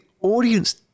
audience